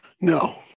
no